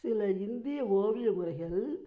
சில இந்திய ஓவிய முறைகள்